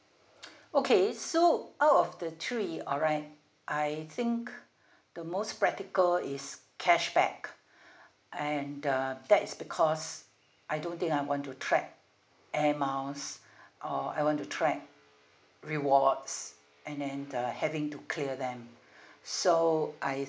okay so out of the three alright I think the most practical is cashback and the that is because I don't think I want to track air miles or I want to track rewards and then uh having to clear them so I